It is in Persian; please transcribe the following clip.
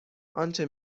آنچه